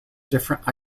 different